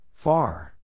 Far